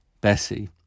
Bessie